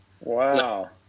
Wow